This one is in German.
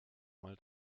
mal